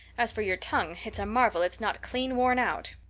as for your tongue, it's a marvel it's not clean worn out.